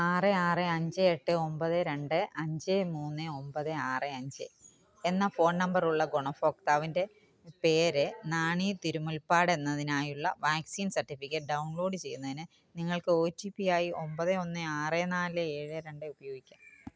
ആറ് ആറ് അഞ്ച് എട്ട് ഒൻപത് രണ്ട് അഞ്ച് മൂന്ന് ഒൻപത് ആറ് അഞ്ച് എന്ന ഫോൺ നമ്പറുള്ള ഗുണഭോക്താവിന്റെ പേര് നാണി തിരുമുൽപ്പാട് എന്നതിനായുള്ള വാക്സിൻ സർട്ടിഫിക്കറ്റ് ഡൗൺ ലോഡ് ചെയ്യുന്നതിന് നിങ്ങൾക്ക് ഓ ടി പി ആയി ഒൻപത് ഒന്ന് ആറ് നാല് ഏഴ് രണ്ട് ഉപയോഗിക്കാം